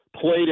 played